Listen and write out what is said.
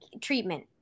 treatment